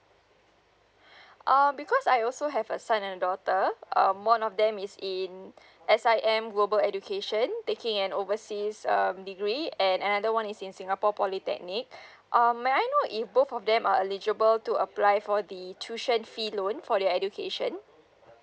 uh because I also have a son and a daughter um one of them is in S_I_M global education taking an overseas um degree and another one is in singapore polytechnic um may I know if both of them are eligible to apply for the tuition fee loan for their education